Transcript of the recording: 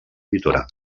editora